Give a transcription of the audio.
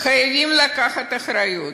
חייבים לקחת אחריות.